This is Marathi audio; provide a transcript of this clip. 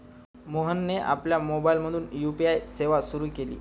मोहनने आपल्या मोबाइलमधून यू.पी.आय सेवा सुरू केली